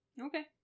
Okay